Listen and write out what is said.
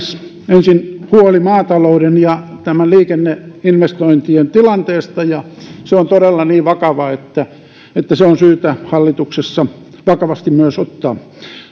ensin huoli maatalouden ja liikenneinvestointien tilanteesta se on todella niin vakava että että se on syytä hallituksessa myös vakavasti ottaa